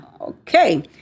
Okay